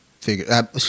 figure